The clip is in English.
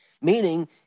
meaning